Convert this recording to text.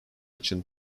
için